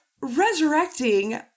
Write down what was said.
resurrecting